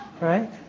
right